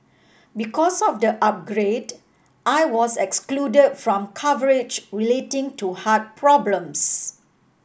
because of the upgrade I was excluded from coverage relating to heart problems